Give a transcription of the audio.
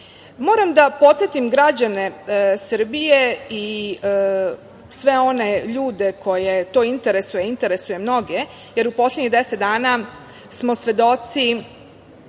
da podsetim građane Srbije i sve one ljude koje to interesuje, a interesuje mnoge, jer u poslednjih 10 dana smo svedoci